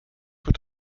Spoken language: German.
wird